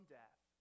death